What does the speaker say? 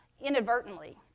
inadvertently